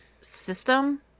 system